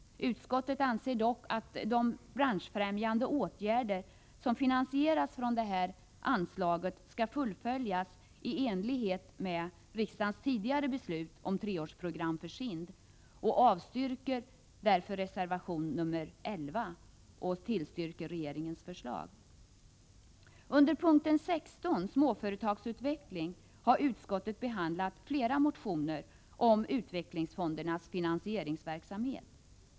Utskottet anser dock att de branschfrämjande åtgärder som finansieras från det här anslaget skall fullföljas i enlighet med riksdagens tidigare beslut om treårsprogram för SIND och avstyrker därför reservation nr 11 och tillstyrker regeringens förslag. Under punkten 16, Småföretagsutveckling, har utskottet behandlat flera motioner om utvecklingsfondernas finansieringsverksamhet.